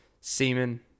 semen